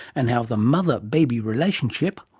and how the mother-baby relationship,